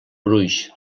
gruix